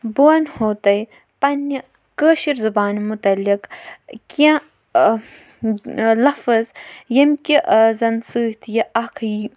بہٕ وَنہو تۄہہِ پنٕنہِ کٲشِر زبانہِ مُتعلِق کیٚنٛہہ لفظ ییٚمہِ کہِ زَن سۭتۍ یہِ اَکھ یہِ